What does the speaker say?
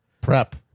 prep